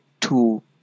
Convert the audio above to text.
two